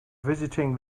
visiting